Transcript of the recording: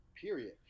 period